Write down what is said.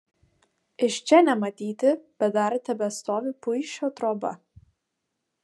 iš čia nematyti bet dar tebestovi puišio troba